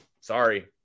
sorry